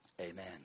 amen